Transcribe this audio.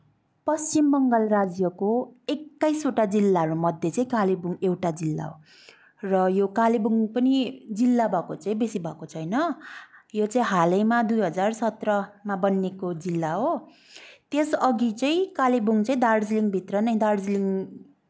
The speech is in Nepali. पश्चिम बङ्गाल राज्यको एक्काइसवटा जिल्लाहरूमध्ये चाहिँ कालिम्पोङ एउटा जिल्ला हो र यो कालिम्पोङ पनि जिल्ला भएको चाहिँ बेसी भएको छैन यो चाहिँ हालैमा दुई हजार सत्रमा बनिएको जिल्ला हो त्यसअघि चाहिँ कालिम्पोङ चाहिँ दार्जिलिङभित्र नै दार्जिलिङ